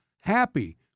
happy